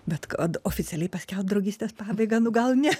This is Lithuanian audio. bet kad oficialiai paskelbt draugystės pabaigą nu gal ne